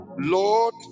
Lord